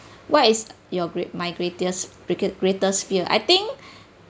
what is your great my greatest greater greatest fear I think